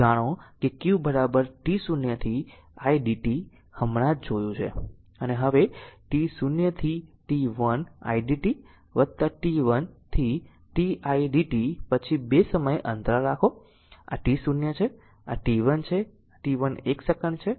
તો જાણો કે q t0 to idt હમણાં જ જોયું છે અને t 0 to t 1 idt t 1 to t i dt પછી 2 સમય અંતરાલ રાખો આ t0 છે અને આ t 1 છે t 1 એક સેકન્ડ છે